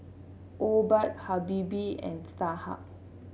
Obike Habibie and Starhub